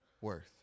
worth